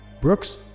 Brooks